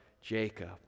Jacob